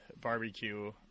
barbecue